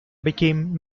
became